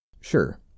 Sure